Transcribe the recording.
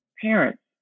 parents